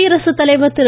குடியரசுத்தலைவர் திரு